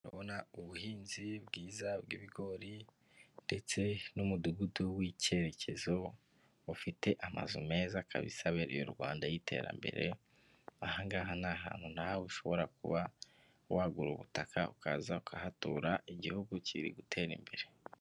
Urabona buhinzi bwiza bw'ibigori ndetse n'umudugudu w'icyerekezo, ufite amazu meza kabisa abereye u Rwanda y'iterambere, aha ngaha ni ahantu nawe ushobora kuba wagura ubutaka ukaza ukahatura, igihugu kiri gutera imbere.